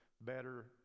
better